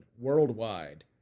worldwide